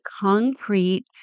concrete